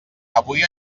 avui